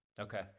Okay